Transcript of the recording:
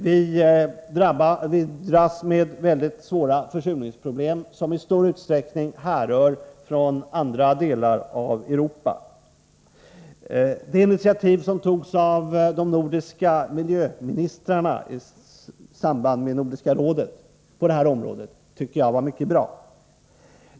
Vi dras med väldigt svåra försurningsproblem, som i stor utsträckning härrör från andra delar av Europa. De initiativ som togs på det här området av de nordiska miljöministrarna i samband med Nordiska rådets session tycker jag var mycket bra.